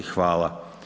Hvala.